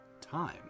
time